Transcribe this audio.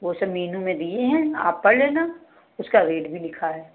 वे सब मीनू में दिए हैं आप पढ़ लेना उसका रेट भी लिखा है